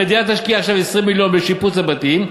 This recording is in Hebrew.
המדינה תשקיע עכשיו 20 מיליון בשיפוץ הבתים,